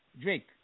drake